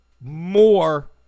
more